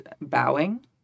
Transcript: bowing